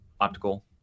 optical